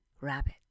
rabbit